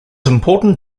important